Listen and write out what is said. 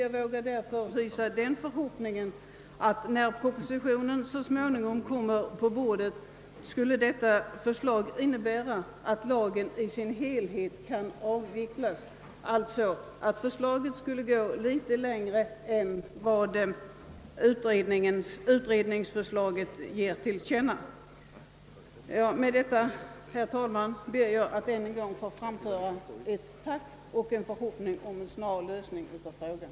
Jag vågar därför hysa förhoppningen att propositionen, när den så småningom kommer på bordet, innebär att lagen i sin helhet kan avvecklas, att förslaget alltså kommer att gå litet längre än utredningsförslaget. Med detta, herr talman, ber jag att ännu en gång få framföra ett tack och en förhoppning om en snar lösning av frågan.